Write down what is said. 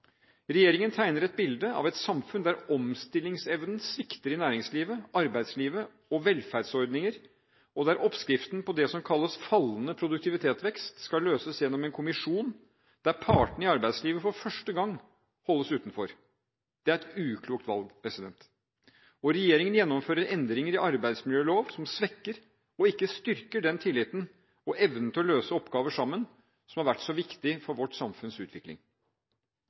Regjeringen tegner et bilde av et samfunn der omstillingsevnen svikter i næringsliv, arbeidsliv og velferdsordninger, og der oppskriften på det som kalles fallende produktivitetsvekst, skal løses gjennom en kommisjon der partene i arbeidslivet for første gang holdes utenfor. Det er et uklokt valg. Og regjeringen gjennomfører endringer i arbeidsmiljølov som svekker og ikke styrker tilliten og evnen til å løse oppgaver sammen, som har vært så viktig for vårt samfunns utvikling.